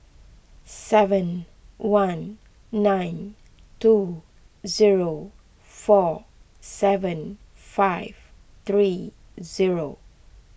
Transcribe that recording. seven one nine two zero four seven five three zero